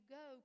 go